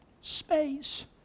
space